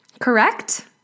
correct